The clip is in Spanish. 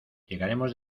llegaremos